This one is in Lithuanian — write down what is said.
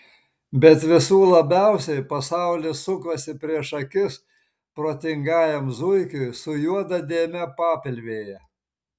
bet visų labiausiai pasaulis sukosi prieš akis protingajam zuikiui su juoda dėme papilvėje